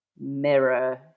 mirror